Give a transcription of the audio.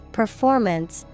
performance